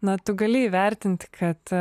na tu gali įvertinti kad